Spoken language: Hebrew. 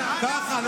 ככה.